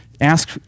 Ask